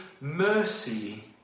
mercy